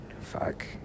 Fuck